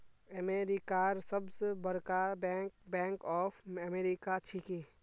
अमेरिकार सबस बरका बैंक बैंक ऑफ अमेरिका छिके